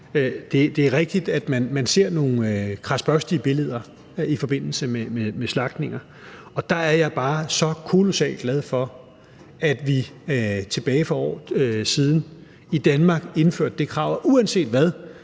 Det er rigtigt, at man ser nogle kradsbørstige billeder i forbindelse med slagtning, og der er jeg bare så kolossalt glad for, at vi for år tilbage i Danmark indførte det krav, at uanset hvad,